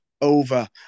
over